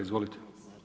Izvolite.